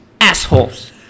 Assholes